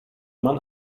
man